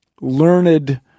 learned –